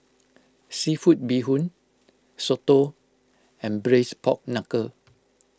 Seafood Bee Hoon Soto and Braised Pork Knuckle